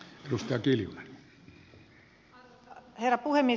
arvoisa herra puhemies